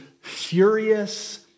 furious